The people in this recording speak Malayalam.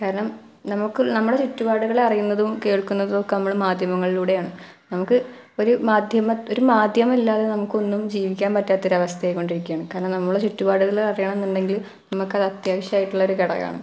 കാരണം നമുക്ക് നമ്മളെ ചുറ്റുടുകൾ അറിയുന്നതും കേൾക്കുന്നതൊക്കെ നമ്മൾ മാധ്യമങ്ങളിലൂടെയാണ് നമുക്ക് ഒരു മാധ്യമം ഒരു മാധ്യമം ഇല്ലാതെ നമുക്കൊന്നും ജീവിക്കാൻ പറ്റാത്ത ഒരു അവസ്ഥ ആയിക്കൊണ്ടിരിക്കുകയാണ് കാരണം നമ്മളെ ചുറ്റുപാടുകൾ അറിയണമെന്നുണ്ടെങ്കിൽ നമ്മൾക്ക് അത് അത്യാവശ്യമായിട്ടുള്ള ഒരു ഘടകമാണ്